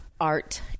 art